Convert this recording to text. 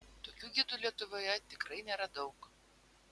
tokių gidų lietuvoje tikrai nėra daug